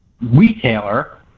retailer